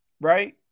right